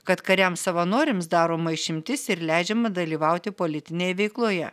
kad kariams savanoriams daroma išimtis ir leidžiama dalyvauti politinėje veikloje